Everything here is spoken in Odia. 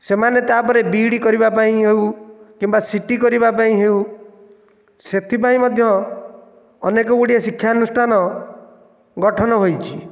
ସେମାନେ ତାପରେ ବିଇଡ଼ି କରିପାଇଁ ହେଉ କିମ୍ବା ସିଟି କରିବାପାଇଁ ହେଉ ସେଥିପାଇଁ ମଧ୍ୟ ଅନେକ ଗୁଡ଼ିଏ ଶିକ୍ଷାନୁଷ୍ଠାନ ଗଠନ ହୋଇଛି